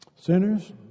Sinners